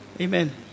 Amen